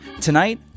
Tonight